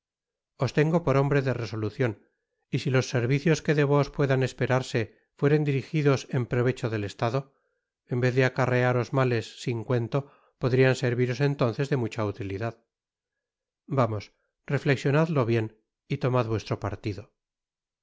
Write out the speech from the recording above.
tengo por hombre de resolucion y si los servicios que de vos puedan esperarse fueren dirigidos en provecho del estado en vez de acarrearos males sin cuento podrían serviros entonces de mucha utilidad vamos reflexionadlo bien y tomad vuestro partido